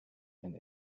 and